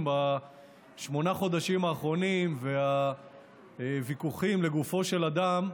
בשמונת החודשים האחרונים והוויכוחים לגופו של אדם,